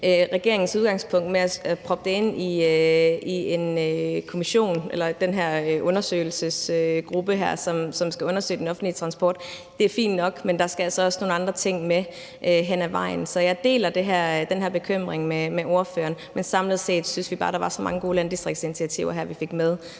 regeringens udgangspunkt med at proppe det ind i den her undersøgelsesgruppe, som skal undersøge den offentlige transport, er fint nok, men der skal altså også nogle andre ting med hen ad vejen. Så jeg deler den her bekymring med ordføreren, men samlet set syntes vi bare, vi fik så mange gode landdistriktsinitiativer med